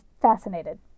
fascinated